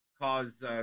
cause